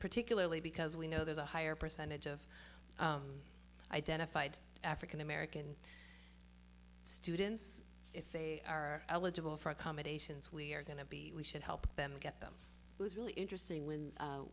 particularly because we know there's a higher percentage of identified african american students if they are eligible for accommodations we're going to be we should help them get them really interesting when